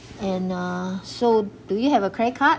and uh so do you have a credit card